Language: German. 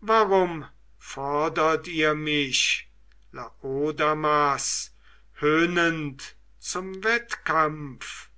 warum fordert ihr mich laodamas höhnend zum wettkampf